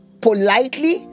politely